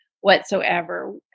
whatsoever